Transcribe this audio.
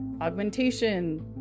augmentation